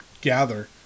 gather